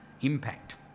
impact